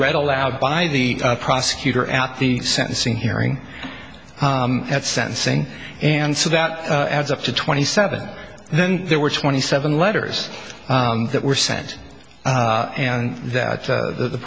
read aloud by the prosecutor at the sentencing hearing at sentencing and so that adds up to twenty seven and then there were twenty seven letters that were sent and that the